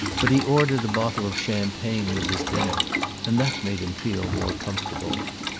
but he ordered a bottle of champagne with his dinner and that made him feel more comfortable.